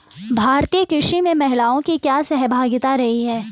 भारतीय कृषि में महिलाओं की क्या सहभागिता रही है?